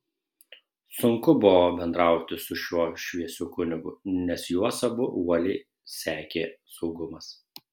sunku buvo bendrauti su šiuo šviesiu kunigu nes juos abu uoliai sekė saugumas